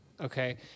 Okay